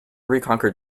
reconquer